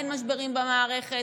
אין משברים במערכת.